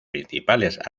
principales